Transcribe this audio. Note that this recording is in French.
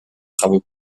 travaux